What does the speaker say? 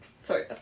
sorry